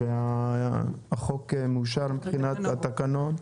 החוק מאושר מבחינת התקנון.